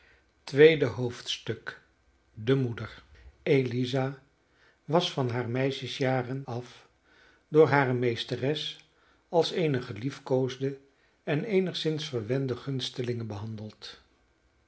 tweede hoofdstuk de moeder eliza was van hare meisjesjaren af door hare meesteres als eene geliefkoosde en eenigszins verwende gunstelinge behandeld